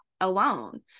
alone